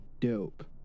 dope